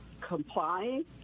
complying